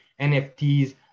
NFTs